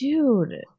Dude